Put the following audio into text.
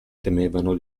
temevano